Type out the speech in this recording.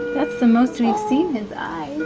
that's the most we've seen his eyes